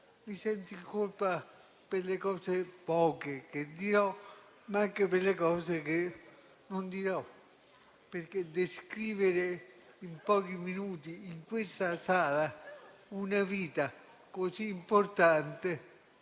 Mi sento in colpa per le poche cose che dirò, ma anche per le cose che non dirò. Descrivere infatti in pochi minuti, in questa Aula, una vita così importante